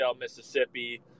Mississippi